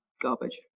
garbage